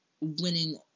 winning